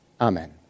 Amen